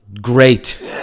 great